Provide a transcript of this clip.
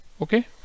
okay